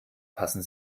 passen